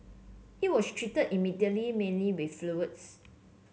it was treated immediately mainly with fluids